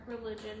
religion